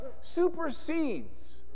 supersedes